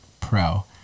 pro